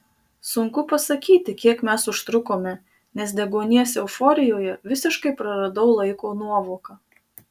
sunku pasakyti kiek mes užtrukome nes deguonies euforijoje visiškai praradau laiko nuovoką